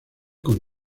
con